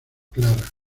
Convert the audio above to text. clara